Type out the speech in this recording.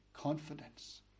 confidence